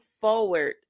forward